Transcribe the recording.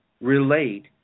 relate